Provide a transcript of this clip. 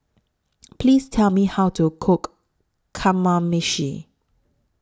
Please Tell Me How to Cook Kamameshi